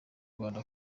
rwanda